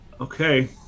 okay